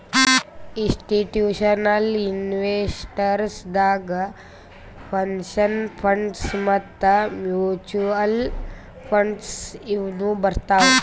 institutional investors ದಾಗ್ pension funds ಮತ್ತ್ mutual funds ಇವ್ನು ಬರ್ತವ್